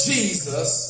Jesus